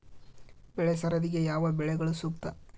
ಬೆಳೆ ಸರದಿಗೆ ಯಾವ ಬೆಳೆಗಳು ಸೂಕ್ತ?